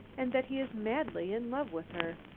and that he is madly in love with her.